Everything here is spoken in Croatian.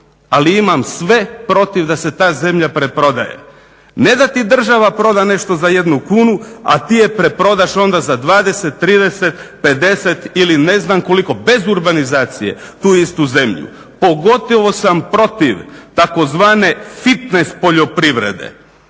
ali imam sve protiv da se ta zemlja preprodaje. Ne da ti država proda nešto za 1 kunu, a ti je preprodaš onda za 20, 30, 50 ili ne znam koliko bez urbanizacije tu istu zemlju. Pogotovo sam protiv tzv. "fitnes poljoprivrede",